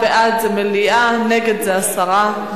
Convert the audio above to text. בעד, זה מליאה, נגד, זה הסרה.